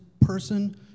person